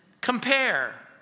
compare